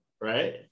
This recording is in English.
right